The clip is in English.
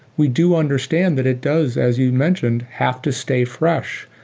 we do understand that it does, as you mentioned, have to stay fresh.